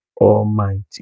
Almighty